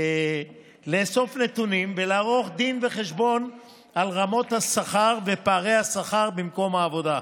לאסוף נתונים ולערוך דין וחשבון על רמות השכר ופערי השכר במקום העבודה.